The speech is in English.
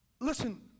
listen